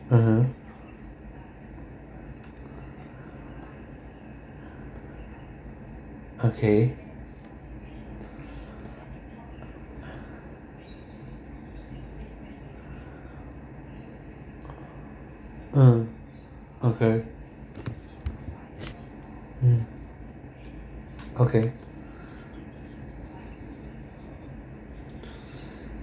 mmhmm okay um okay um okay